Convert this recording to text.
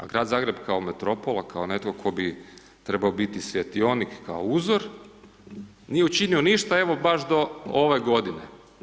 A grad Zagreb kao metropola, kao netko tko bi trebao biti svjetionik, kao uzor, nije učinio ništa evo baš do ove godine.